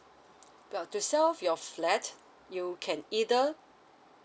ya to sell your flat you can either